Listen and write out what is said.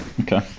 Okay